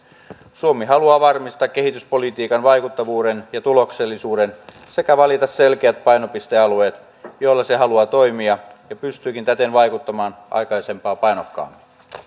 suomi haluaa varmistaa kehityspolitiikan vaikuttavuuden ja tuloksellisuuden sekä valita selkeät painopistealueet joilla se haluaa toimia ja pystyykin täten vaikuttamaan aikaisempaa painokkaammin